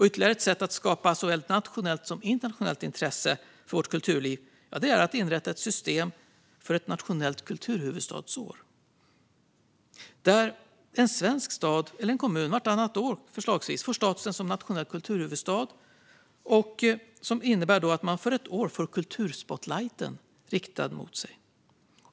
Ytterligare ett sätt att skapa såväl nationellt som internationellt intresse för vårt kulturliv är att inrätta ett system för ett nationellt kulturhuvudstadsår, där en svensk stad eller kommun förslagsvis vartannat år får statusen som nationell kulturhuvudstad och för ett år får kulturspotlighten riktad mot sig.